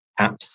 apps